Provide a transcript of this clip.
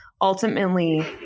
Ultimately